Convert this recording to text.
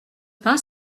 pain